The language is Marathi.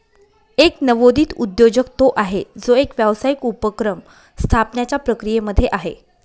एक नवोदित उद्योजक तो आहे, जो एक व्यावसायिक उपक्रम स्थापण्याच्या प्रक्रियेमध्ये आहे